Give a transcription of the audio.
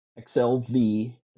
XLV